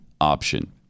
option